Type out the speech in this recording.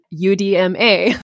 UDMA